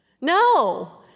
No